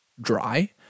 dry